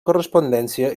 correspondència